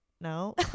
No